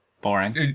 boring